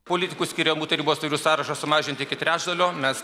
politikų skiriamų tarybos narių sąrašą sumažinti iki trečdalio mes